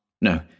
No